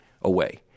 away